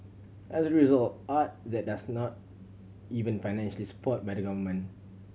as a result art that does not even financially supported by the government